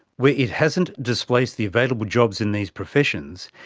where it hasn't displaced the available jobs in these professions,